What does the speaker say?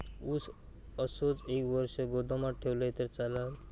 ऊस असोच एक वर्ष गोदामात ठेवलंय तर चालात?